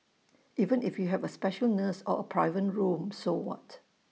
even if you have A special nurse or A private room so what